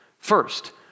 First